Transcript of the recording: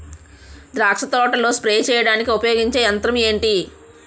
ద్రాక్ష తోటలో స్ప్రే చేయడానికి ఉపయోగించే యంత్రం ఎంటి?